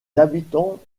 habitants